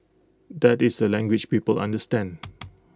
that is the language people understand